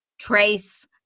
trace